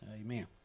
Amen